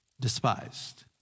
despised